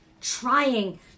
trying